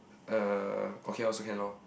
uh okay lor also can lor